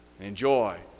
enjoy